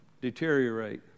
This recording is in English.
deteriorate